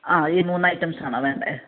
ആ ഈ മൂന്ന് അയിറ്റംസ് ആണോ വേണ്ടത്